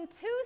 two